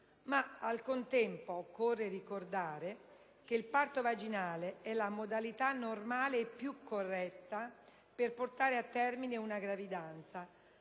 ma al contempo occorre ricordare che il parto vaginale è la modalità normale e più corretta per portare a termine una gravidanza;